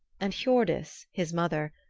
and hiordis, his mother,